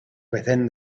within